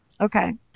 okay